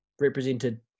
represented